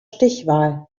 stichwahl